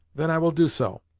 then i will do so.